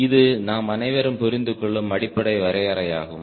இது நாம் அனைவரும் புரிந்துகொள்ளும் அடிப்படை வரையறையாகும்